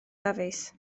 dafis